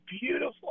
beautiful